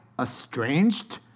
estranged